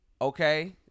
Okay